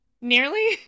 nearly